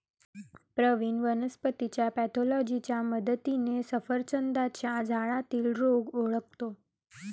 प्रवीण वनस्पतीच्या पॅथॉलॉजीच्या मदतीने सफरचंदाच्या झाडातील रोग ओळखतो